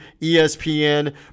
ESPN